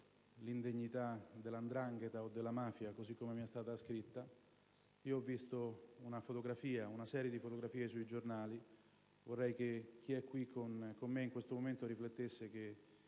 l'indegnità della 'ndrangheta o della mafia, così come mi è stato ascritto. Ho visto una serie di fotografie sui giornali. Vorrei che chi è qui con me in questo momento riflettesse su